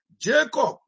Jacob